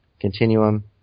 Continuum